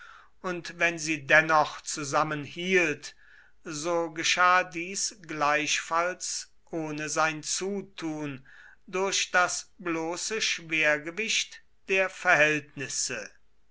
und wenn sie dennoch zusammenhielt so geschah dies gleichfalls ohne sein zutun durch das bloße schwergewicht der verhältnisse